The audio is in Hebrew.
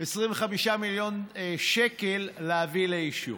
25 מיליון שקל להביא לאישור.